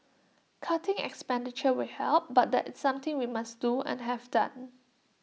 cutting expenditure will help but that's something we must do and have done